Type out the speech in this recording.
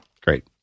Great